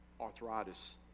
arthritis